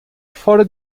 fora